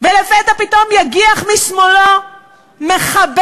ולפתע פתאום יגיח משמאלו מחבל